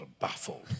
Baffled